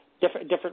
different